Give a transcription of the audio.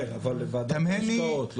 כן, אבל לוועדת ההשקעות.